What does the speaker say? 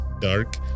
dark